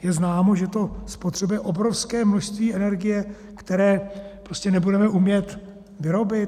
Je známo, že to spotřebuje obrovské množství energie, které prostě nebudeme umět vyrobit.